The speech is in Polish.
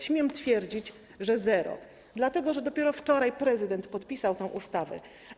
Śmiem twierdzić, że zero, dlatego że dopiero wczoraj prezydent podpisał tę ustawę.